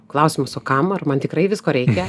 klausimas o kam ar man tikrai visko reikia